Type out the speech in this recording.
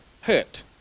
hurt